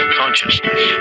consciousness